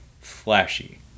Flashy